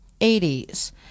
80s